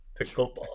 pickleball